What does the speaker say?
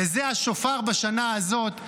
וזה השופר בשנה הזאת,